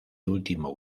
último